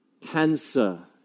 Cancer